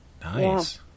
Nice